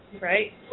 right